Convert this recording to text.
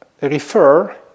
refer